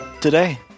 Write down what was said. today